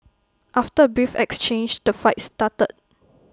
after A brief exchange the fight started